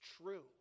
true